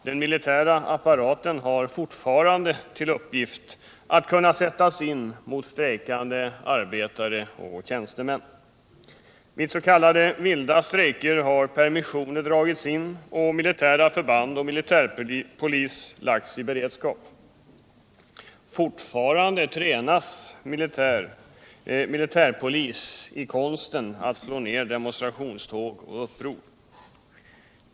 Den militära apparaten har fortfarande till uppgift att kunna sättas in mot strejkande arbetare och tjänstemän. Vid s.k. vilda strejker har permissioner dragits in och militära förband och militärpolis lagts i beredskap. Fortfarande tränas militärpolis i konsten att slå ner demonstrationståg och uppror.